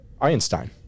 einstein